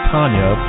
Tanya